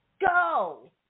Go